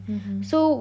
mmhmm